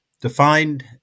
defined